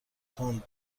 تند